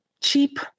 cheap